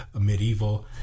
medieval